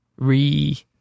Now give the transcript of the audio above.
Re